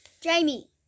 Jamie